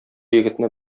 егетне